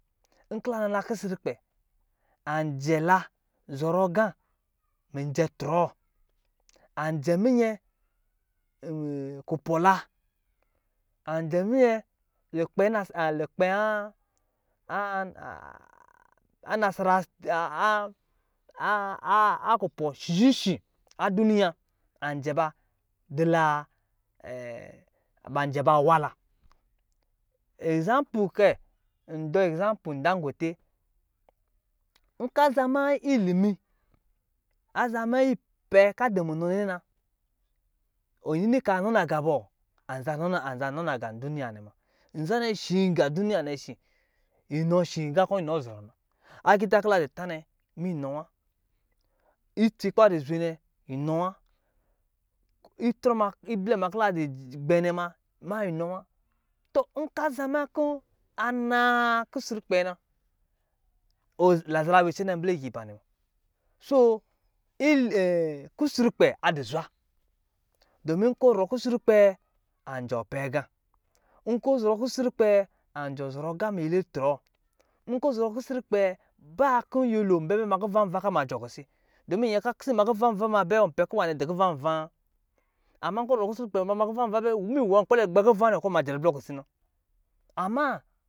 Nkɔ la nala kusurkpɛ anɔ cla zɔrɔ ga mijɔ trɔɔ anjɛ minyɛ kupɔla anjɛ minyɛ lukpɔ kupɔ shishishi adunu ya anjɛba nwala esamp okɛ ndu ekzampo dangute nka zama nyi ilimi nkaazamiyi inpɛ ka dumu nɔ nɛna wɔ ninika ani naga bɔ anza ninaga nduniya wanɛ ma nzanɛ ndu nuya wanɛnɛ shi inɔ shi aqakɔ inɔ zɔrɔ na agita kɔ la dita nɛ mia inɔ wa itsl kɔ ba du zwe nɛ inɔ wa itoɔ ma iblɛ kɔ la dugbɛ ns ma inɔ wa tɔnk a zaminiyi ka ana kusrukpe ɛ na lazala wicɛna nbakɛ giba nɛ ma so kusrukpɛ adu zwa nkɔ zɔrɔ kusru kpɔ asɔ pɔga nkɔ zɔrɔ kusrukpɛ anjɔ zɔrɔ aga miyele ctrɔɔ nkɔ zɔrɔ kusrukpɛ ba kɔ yiyɛ lo anbɔ ma kuvanva ka bɛ majɔ kisi donu myɛ ka pisɛ ama kuvanva majɔ kisi won pɛ kɔ kɔ kuvanro a wa amɛ nkɔ zɔrɔ kus rukpɛ na nkɔ nyɛ ma kuva nva ma bɛ mi wɔ kpɛlɛ ma kuvanva nɛ jɛ ribli wɔ kisiɛ na ama